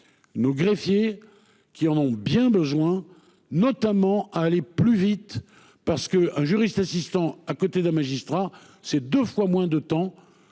Nos greffier qui en ont bien besoin notamment aller plus vite parce qu'un juriste assistant à côté d'un magistrat, c'est 2 fois moins de temps